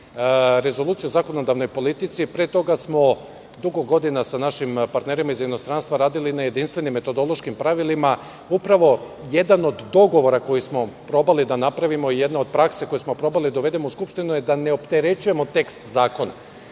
Rezoluciju o zakonodavnoj politici. Pre toga smo dugo godina sa našim partnerima iz inostranstva radili na jedinstvenim metodološkim pravilima. Upravo jedan od dogovora koji smo probali da napravimo, jedna od prakse koju smo probali da uvedemo u Skupštinu je da ne opterećujemo tekst zakona.